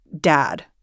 dad